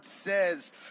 says